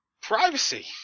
privacy